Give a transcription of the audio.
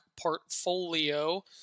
portfolio